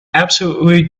absolutely